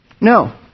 No